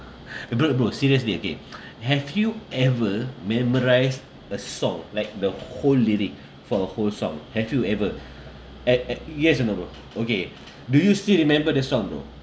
uh don't ah bro seriously okay have you ever memorise a song like the whole lyric for a whole song have you ever e~ yes or no bro okay do you still remember the song bro